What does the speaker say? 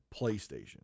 PlayStation